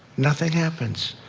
nothing happens